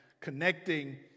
connecting